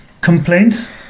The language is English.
complaints